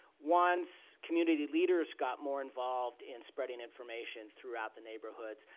once community leaders got more involved in spreading information throughout the neighborhoods,